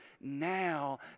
Now